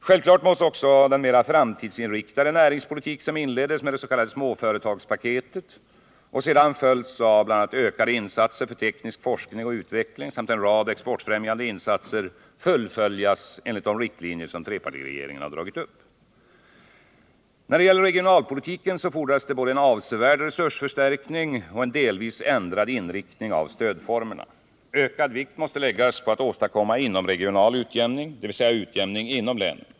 Självklart måste också den mera framtidsinriktade näringspolitik som inleddes med det s.k. småföretagspaketet, och sedan följts av bl.a. ökade insatser för teknisk forskning och utveckling samt en rad exportfrämjande insatser, fullföljas enligt de riktlinjer som trepartiregeringen har dragit upp. När det gäller regionalpolitiken fordras det både en avsevärd resursförstärkning och en delvis ändrad inriktning av stödformerna. Ökad vikt måste läggas på att åstadkomma inomregional utjämning, dvs. utjämning inom länen.